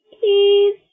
please